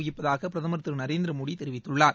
வகிப்பதாக பிரதமர் திரு நரேந்திர மோடி தெரிவித்துள்ளார்